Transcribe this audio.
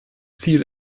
ziel